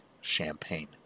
Champagne